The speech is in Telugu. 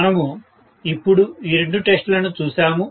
మనము ఇప్పుడు ఈ రెండు టెస్ట్ లను చూసాము